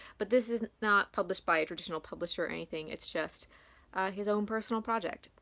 but this is not published by a traditional publisher or anything. it's just his own personal project.